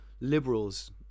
liberals